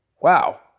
wow